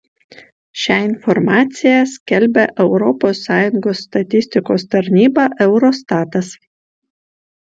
šią informaciją skelbia europos sąjungos statistikos tarnyba eurostatas